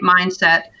mindset